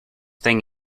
thing